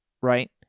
right